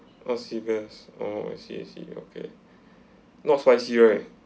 oh seabass oh I see I see okay not spicy right